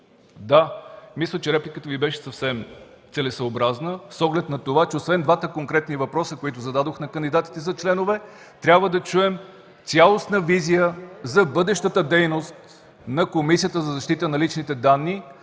да, мисля, че репликата Ви беше съвсем целесъобразна с оглед на това, че освен двата конкретни въпроса, които зададохме на кандидатите за членове, трябва да чуем цялостна визия за бъдещата дейност на Комисията за защита на личните данни